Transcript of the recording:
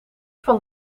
van